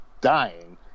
dying